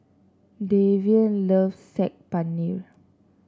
Deven loves Saag Paneer